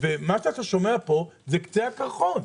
מה שאתה שומע פה זה קצה הקרחון.